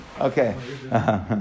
okay